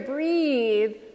Breathe